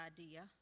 idea